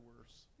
worse